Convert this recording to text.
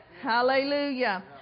Hallelujah